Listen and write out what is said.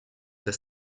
the